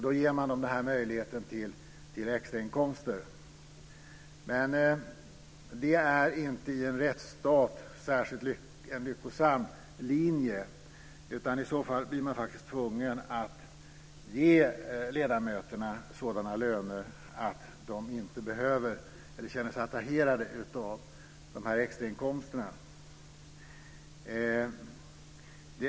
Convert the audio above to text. I en rättsstat är detta inte en särskilt lyckosam linje. I så fall blir man faktiskt tvungen att ge ledamöterna sådana löner att de inte känner sig attraherade av dessa extrainkomster.